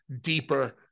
deeper